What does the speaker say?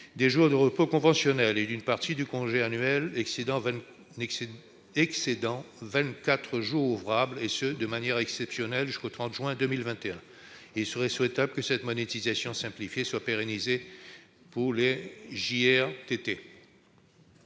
des jours de repos conventionnels et d'une partie du congé annuel excédant vingt-quatre jours ouvrables, et ce de manière exceptionnelle jusqu'au 30 juin 2021. Il serait souhaitable que cette monétisation simplifiée soit pérennisée pour les jours